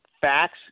Facts